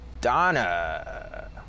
Donna